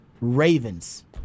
Ravens